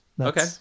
Okay